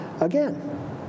again